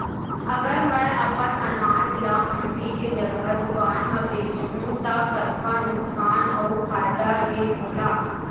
अगर मैं अपन अनाज ला मंडी के जगह दुकान म बेचहूँ त कतका नुकसान अऊ फायदा हे मोला?